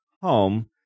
Home